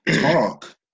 talk